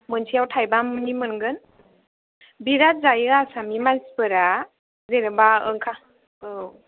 मोनसेयाव थायबानि मोनगोन बेराद जायो आसामनि मानसिफोरा जेनेबा ओंखाम औ